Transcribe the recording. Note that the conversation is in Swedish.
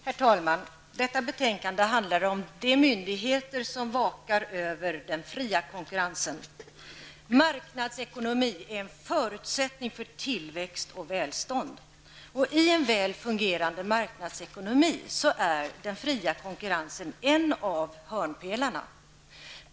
Herr talman! Detta betänkande handlar om de myndigheter som vakar över den fria konkurrensen. Marknadsekonomi är en förutsättning för tillväxt och välstånd. I en väl fungerande marknadsekonomi är den fria konkurrensen en av hörnpelarna.